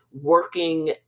working